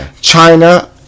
China